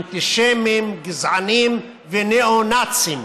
אנטישמים, גזענים וניאו-נאצים,